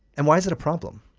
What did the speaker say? and why is it a problem?